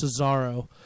Cesaro